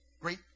Great